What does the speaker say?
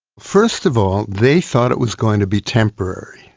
first of all they thought it was going to be temporarily.